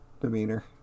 demeanor